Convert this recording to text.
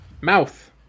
mouth